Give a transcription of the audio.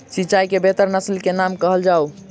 मिर्चाई केँ बेहतर नस्ल केँ नाम कहल जाउ?